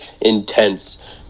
intense